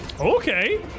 Okay